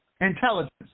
intelligence